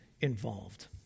involved